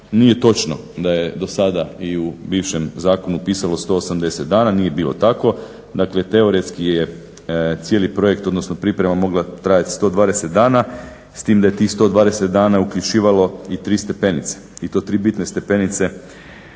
nije točno da je do sada i u bivšem zakonu pisalo 180 dana. Nije bilo tako. Dakle, teoretski je cijeli projekt, odnosno priprema mogla trajati 120 dana s tim da je tih 120 dana uključivalo i 3 stepenice i to 3 bitne stepenice.